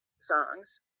songs